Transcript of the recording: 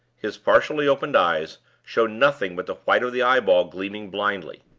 his partially opened eyes showed nothing but the white of the eyeball gleaming blindly.